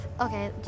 okay